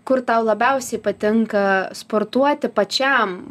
kur tau labiausiai patinka sportuoti pačiam